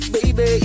Baby